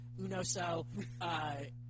Unoso